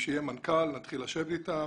כשיהיה מנכ"ל נתחיל לשבת איתם